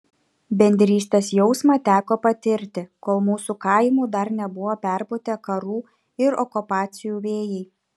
bendrystės jausmą teko patirti kol mūsų kaimų dar nebuvo perpūtę karų ir okupacijų vėjai